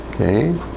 okay